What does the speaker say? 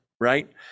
right